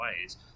ways